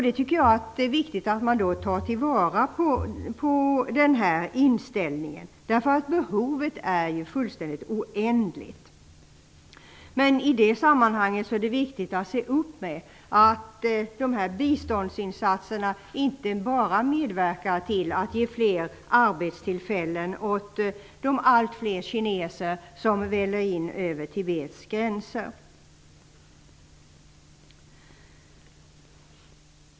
Jag tycker att det är viktigt att man tar till vara den här inställningen därför att behovet av bistånd är oändligt. Det är viktigt att se upp så att biståndsinsatserna inte bara medverkar till att ge fler arbetstillfällen åt de allt fler kineser som väller in över Tibets gränser.